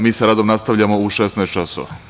Mi sa radom nastavljamo u 16.00 časova.